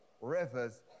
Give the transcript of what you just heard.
rivers